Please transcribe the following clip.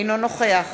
אינו נוכח